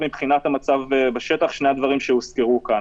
הדבר השני,